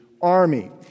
army